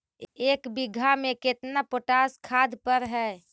एक बिघा में केतना पोटास खाद पड़ है?